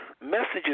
messages